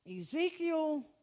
Ezekiel